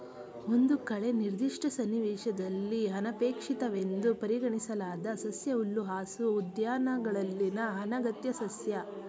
ಒಂದು ಕಳೆ ನಿರ್ದಿಷ್ಟ ಸನ್ನಿವೇಶದಲ್ಲಿ ಅನಪೇಕ್ಷಿತವೆಂದು ಪರಿಗಣಿಸಲಾದ ಸಸ್ಯ ಹುಲ್ಲುಹಾಸು ಉದ್ಯಾನಗಳಲ್ಲಿನ ಅನಗತ್ಯ ಸಸ್ಯ